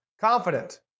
Confident